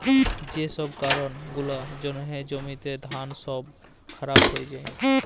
যে ছব কারল গুলার জ্যনহে জ্যমিতে ধাল ছব খারাপ হঁয়ে যায়